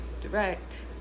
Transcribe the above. direct